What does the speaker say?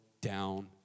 down